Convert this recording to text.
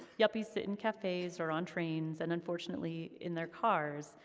yuppies sit in cafes or on trains, and unfortunately, in their cars,